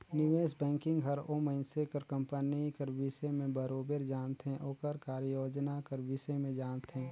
निवेस बैंकिंग हर ओ मइनसे कर कंपनी कर बिसे में बरोबेर जानथे ओकर कारयोजना कर बिसे में जानथे